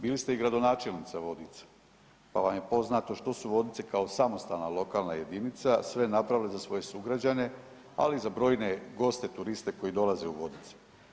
Bili ste i gradonačelnica Vodica pa vam je poznato što su Vodice kao samostalna lokalna jedinica sve napravili za svoje sugrađane, ali i za brojne goste, turiste koji dolaze u Vodice.